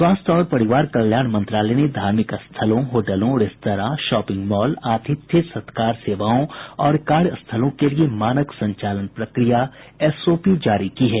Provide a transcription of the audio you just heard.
स्वास्थ्य और परिवार कल्याण मंत्रालय ने धार्मिक स्थलों होटलों रेस्तरां शॉपिंग मॉल आतिथ्य सत्कार सेवाओं और कार्यस्थलों के लिए मानक संचालन प्रक्रिया एसओपी जारी की है